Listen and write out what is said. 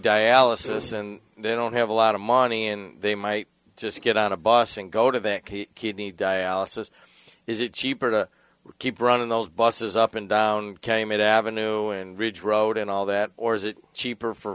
dialysis and they don't have a lot of money and they might just get on a bus and go to kidney dialysis is it cheaper to keep running those buses up and down came at ave and ridge road and all that or is it cheaper for